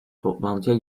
toplantıya